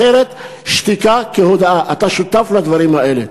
אחרת, שתיקה כהודאה, אתה שותף לדברים האלה.